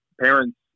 parents